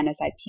NSIP